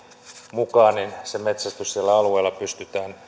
mukaan metsästys siellä alueella pystytään